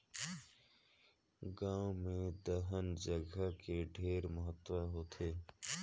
गांव मे दइहान जघा के ढेरे महत्ता होथे